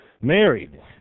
married